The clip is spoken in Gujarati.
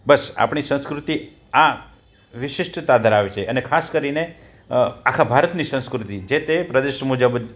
બસ આપણી સંસ્કૃતિ આ વિશિષ્ટતા ધરાવે છે અને ખાસ કરીને આખા ભારતની સંસ્કૃતિ જે તે પ્રદેશો મુજબ